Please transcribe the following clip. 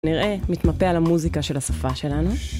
נראה, נתמפה על המוזיקה של השפה שלנו.